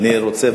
אני רוצה,